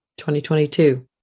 2022